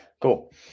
Cool